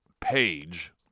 page